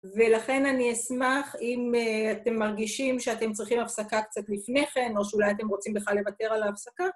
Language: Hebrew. ולכן אני אשמח אם אתם מרגישים שאתם צריכים הפסקה קצת לפני כן או שאולי אתם רוצים בכלל לוותר על ההפסקה.